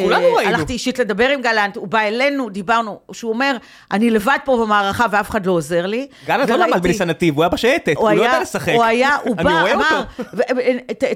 כולנו ראינו. הלכתי אישית לדבר עם גלנט, הוא בא אלינו, דיברנו, שהוא אומר, אני לבד פה במערכה ואף אחד לא עוזר לי. גלנט לא למד בניסן נתיב, הוא היה בשייטת, הוא לא יודע לשחק. אני רואה אותו. הוא היה, הוא בא, הוא אמר,